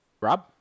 Rob